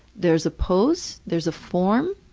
there's a pose, there's a form,